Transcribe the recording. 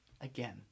again